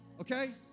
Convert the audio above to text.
Okay